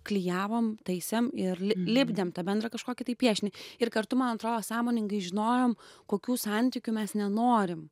klijavom taisėm ir lipdėm tą bendrą kažkokį piešinį ir kartu man atrodo sąmoningai žinojom kokių santykių mes nenorim